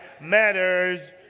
matters